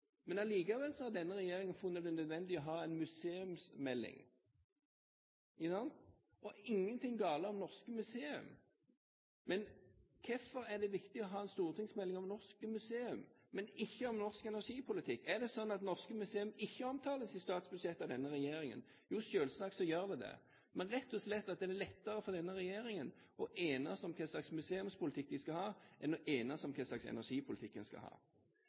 men: Hvorfor er det viktig å ha en stortingsmelding om norske museum, men ikke om norsk energipolitikk? Er det sånn at norske museum ikke omtales i statsbudsjettet av denne regjeringen? Jo, selvsagt gjør de det, men det er rett og slett lettere for denne regjeringen å enes om hva slags museumspolitikk den skal ha, enn å enes om hva slags energipolitikk den skal ha.